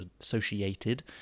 associated